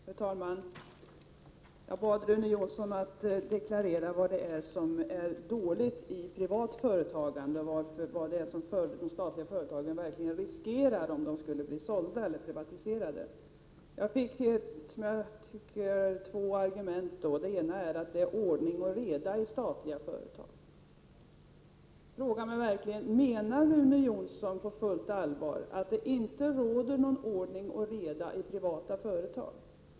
Fru talman! Jag bad Rune Jonsson att deklarera vad det är som är dåligt i privat företagande och vad de statliga företagen riskerar om de skulle bli privatiserade. Jag fick två argument. Det ena var att det är ordning och reda i statliga företag. Menar Rune Jonsson på fullt allvar att det inte råder någon ordning och reda i privata företag?